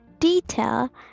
detail